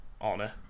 honor